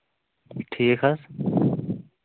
ٹھیٖک حظ